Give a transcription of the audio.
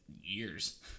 Years